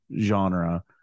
genre